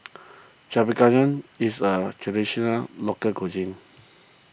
is a Traditional Local Cuisine